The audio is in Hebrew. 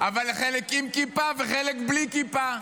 אבל חלק עם כיפה וחלק בלי כיפה.